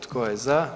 Tko je za?